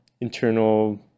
internal